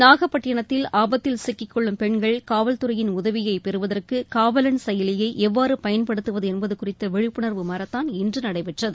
நாகப்பட்டினத்தில் ஆபத்தில் சிக்கிக் கொள்ளும் பெண்கள் காவல்துறையின் உதவியை பெறுவதற்கு காவலன் செயலியை எவ்வாறு பயன்படுத்துவது என்பது குறித்த விழிப்புணர்வு மாரத்தான் இன்று நடைபெற்றது